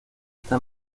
está